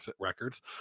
records